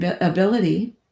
ability